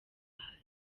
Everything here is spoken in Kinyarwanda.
ahari